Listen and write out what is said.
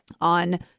on